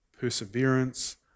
perseverance